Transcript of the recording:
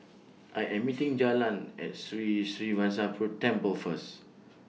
I Am meeting Jalyn At Sri Srinivasa Peru Temple First